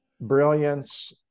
brilliance